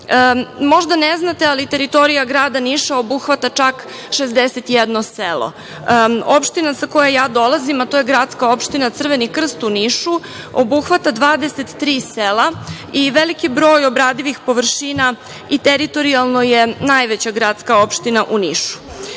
Možda ne znate, ali teritorija grada Niša obuhvata čak 61 selo. Opština sa koje ja dolazim, a to je gradska opština Crveni Krst u Nišu, obuhvata 23 sela i veliki broj obradivih površina i teritorijalno je najveća gradska opština u Nišu.